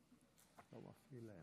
אני חייבת ללכת לבית